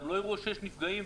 גם לא יראו שיש נפגעים.